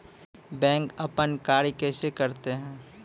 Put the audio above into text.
Bank अपन कार्य कैसे करते है?